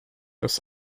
das